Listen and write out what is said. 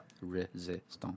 resistance